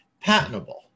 patentable